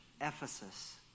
Ephesus